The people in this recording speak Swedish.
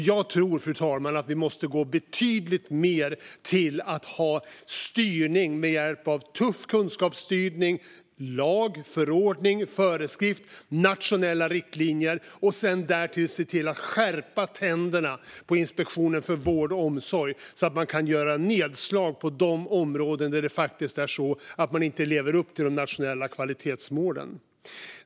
Jag tror, fru talman, att vi måste gå betydligt mer mot att ha en tuff kunskapsstyrning med hjälp av lagar, förordningar, föreskrifter och nationella riktlinjer. Därtill måste vi se till att skärpa tänderna på Inspektionen för vård och omsorg så att nedslag kan göras på de områden där man faktiskt inte lever upp till de nationella kvalitetsmålen.